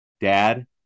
Dad